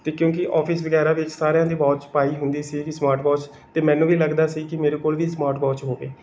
ਅਤੇ ਕਿਉਂਕਿ ਔਫਿਸ ਵਗੈਰਾ ਵਿੱਚ ਸਾਰਿਆਂ ਦੇ ਵੋਚ ਪਾਈ ਹੁੰਦੀ ਸੀ ਕਿ ਸਮਾਟ ਵੋਚ ਅਤੇ ਮੈਨੂੰ ਵੀ ਲੱਗਦਾ ਸੀ ਕਿ ਮੇਰੇ ਕੋਲ ਵੀ ਸਮਾਟ ਵੋਚ ਹੋਵੇ